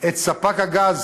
את ספק הגז